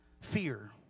fear